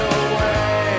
away